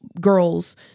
girls